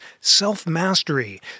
self-mastery